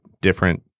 different